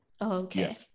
okay